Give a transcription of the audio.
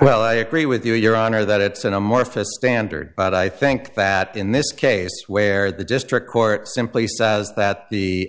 well i agree with you your honor that it's an amorphous standard but i think that in this case where the district court simply says that the